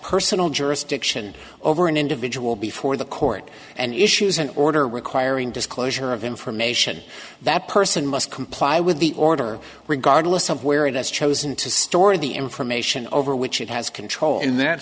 personal jurisdiction over an individual before the court and issues an order requiring disclosure of information that person must comply with the order regardless of where it has chosen to store the information over which it has control in that